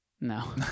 No